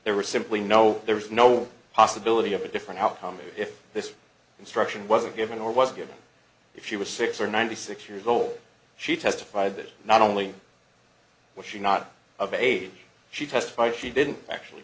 there was simply no there was no possibility of a different outcome if this instruction wasn't given or was given if she was six or ninety six years old she testified that not only was she not of age she testified she didn't actually